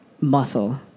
muscle